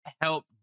help